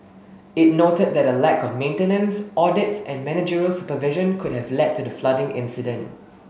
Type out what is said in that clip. it noted that a lack of maintenance audits and managerial supervision could have led to the flooding incident